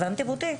הבנתם אותי?